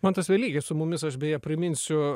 mantas velykis su mumis aš beje priminsiu